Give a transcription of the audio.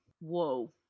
whoa